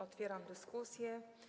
Otwieram dyskusję.